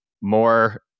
more